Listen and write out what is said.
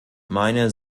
meine